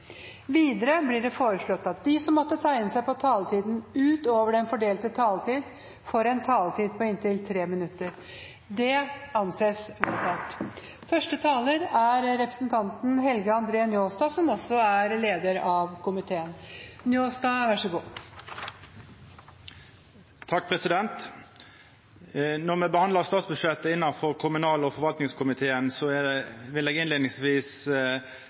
Videre blir det foreslått at de som måtte tegne seg på talerlisten utover den fordelte taletid, får en taletid på inntil 3 minutter. – Det anses vedtatt. Når me behandlar statsbudsjettet innanfor kommunal- og forvaltingskomiteen, vil